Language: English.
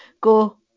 go